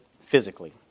physically